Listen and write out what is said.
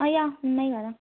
yeah ఉన్నాయి కదా